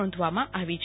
નોંધવામાં આવી છે